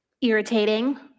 irritating